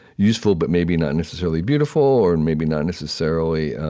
useful but maybe not necessarily beautiful, or and maybe not necessarily